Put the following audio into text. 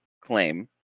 claim